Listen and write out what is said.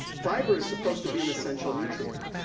fiber is supposed to be an essential nutrient.